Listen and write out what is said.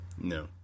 no